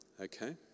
Okay